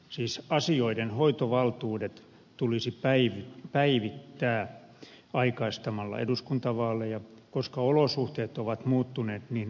siis asioidenhoitovaltuudet tulisi päivittää aikaistamalla eduskuntavaaleja koska olosuhteet ovat muuttuneet niin radikaalisti